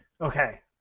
Okay